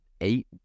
eight